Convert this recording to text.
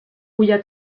cuya